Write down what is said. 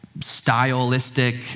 stylistic